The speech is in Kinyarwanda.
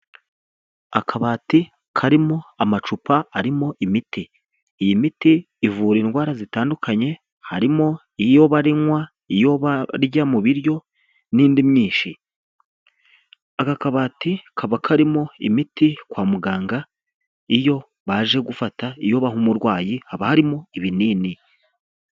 Akabati karimo amacupa arimo imiti, iyi miti ivura indwara zitandukanye harimo iyo banywa, iyo barya mu biryo n'indi myinshi. Aka kabati kaba karimo imiti kwa muganga, iyo baje gufata iyo baha umurwayi haba harimo ibinini.